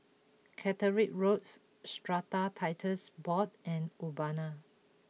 Caterick Roads Strata Titles Board and Urbana